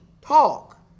talk